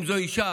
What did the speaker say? אם זו אישה,